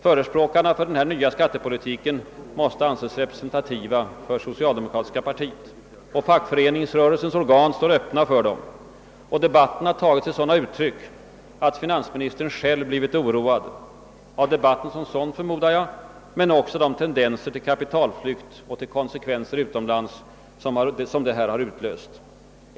Förespråkarna för denna nya skattepolitik måste anses representativa för det socialdemokratiska partiet. Fackföreningsrörelsens organ står öppna för dem, och debatten har tagit sig sådana uttryck, att finansministern själv blivit oroad — av debatten som sådan förmodar jag, men också av tendenserna till kapitalflykt och de konsekvenser utomlands som denna utlöst. Herr talman!